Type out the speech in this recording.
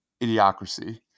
idiocracy